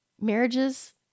marriages